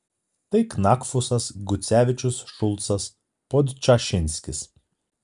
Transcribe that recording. tai knakfusas gucevičius šulcas podčašinskis